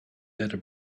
better